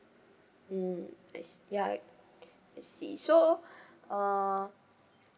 mm I ya I see so uh